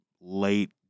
late